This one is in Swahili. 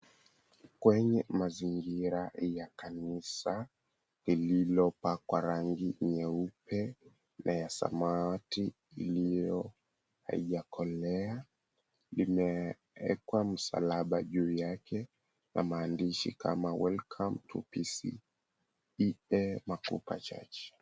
Kwenye mazingira ya kanisa lililopakwa rangi nyeupe na ya samawati iliyo haijakolea, imeekwa msalaba juu yake na maandishi kama, Welcome to P.C.E.A Makupa Church.